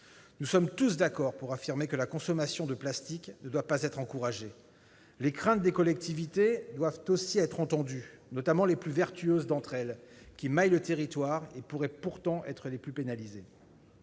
Nous sommes tous d'accord pour affirmer que la consommation de plastique ne doit pas être encouragée. Les craintes des collectivités doivent aussi être entendues, notamment les plus vertueuses d'entre elles, qui maillent le territoire et pourraient pourtant être les plus pénalisées,